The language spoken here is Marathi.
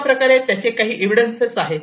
अशा प्रकारे त्याचे काही एव्हिडन्स आहेत